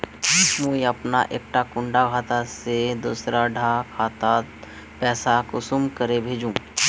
मुई अपना एक कुंडा खाता से दूसरा डा खातात पैसा कुंसम करे भेजुम?